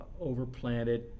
overplanted